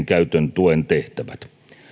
käytön tuen tehtävät